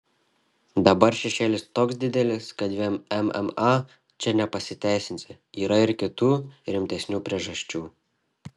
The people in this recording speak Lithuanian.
dabar šešėlis toks didelis kad vien mma čia nepasiteisinsi yra ir kitų rimtesnių priežasčių